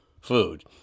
food